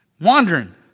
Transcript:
wandering